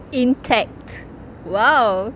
intact !wow!